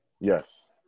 Yes